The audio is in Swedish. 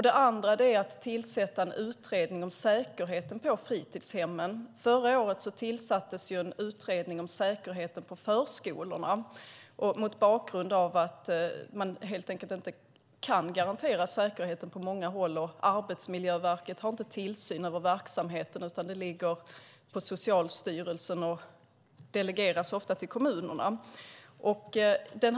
Det andra är att tillsätta en utredning om säkerheten på fritidshemmen. Förra året tillsattes en utredning om säkerheten på förskolorna mot bakgrund av att man helt enkelt inte kan garantera säkerheten på många håll. Arbetsmiljöverket har inte tillsyn över verksamheten, utan den görs av Socialstyrelsen och delegeras ofta till kommunerna.